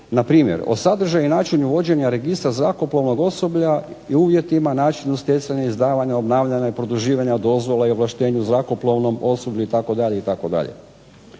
Na primjer o sadržaju i načinu vođenja registra zrakoplovnog osoblja i uvjetima, načinu stjecanja izdavanja, obnavljanja i produživanja dozvola i ovlaštenju zrakoplovnom osoblju itd.